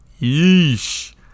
yeesh